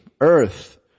Earth